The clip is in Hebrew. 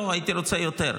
לא, הייתי רוצה יותר.